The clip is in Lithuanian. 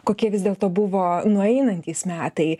kokie vis dėlto buvo nueinantys metai